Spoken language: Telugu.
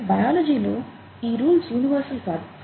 కానీ బయాలజీ లో ఈ రూల్స్ యూనివర్సల్ కాదు